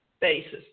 basis